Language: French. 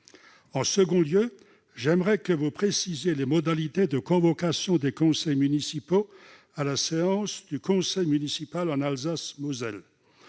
En second lieu, j'aimerais que vous précisiez les modalités de convocation des conseillers municipaux à la séance du conseil municipal en Alsace-Moselle.